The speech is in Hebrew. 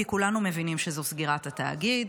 כי כולנו מבינים שזו סגירת התאגיד,